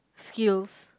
skills